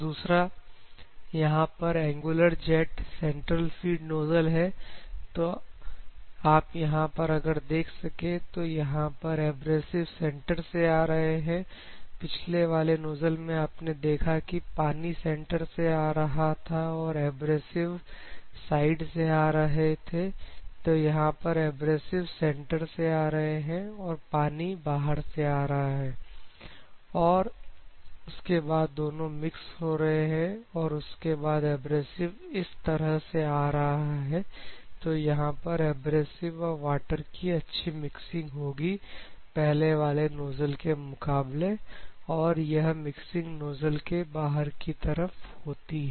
दूसरा यहां पर angular jet central feed nozzle है तो आप यहां पर अगर देख सके तो यहां पर एब्रेसिव सेंटर से आ रहे हैं पिछले वाले नोजल में आपने देखा कि पानी सेंटर से आ रहा था और एब्रेसिव साइड से आ रहे थे तो यहां पर एब्रेसिव सेंटर से आ रहे हैं और पानी बाहर से आ रहा है और उसके बाद दोनों मिक्स हो रहे हैं और उसके बाद एब्रेसिव इस तरह से आ रहा है तो यहां पर अब एब्रेसिव व वाटर की अच्छी मिक्सिंग होगी पहले वाले नोजल के मुकाबले और यह मिक्सिंग नोजल के बाहर की तरफ होती है